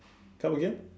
come again